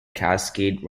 cascade